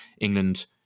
England